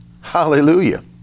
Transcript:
hallelujah